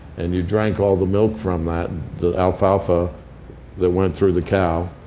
and you drank all the milk from that, the alfalfa that went through the cow,